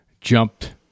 jumped